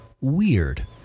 weird